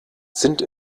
sind